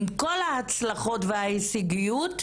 עם כל ההצלחות וההישגיות,